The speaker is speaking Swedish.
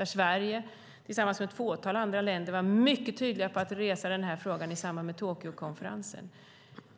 Där var Sverige tillsammans med ett fåtal andra länder mycket tydligt på att resa den här frågan i samband med Tokyokonferensen.